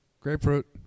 Grapefruit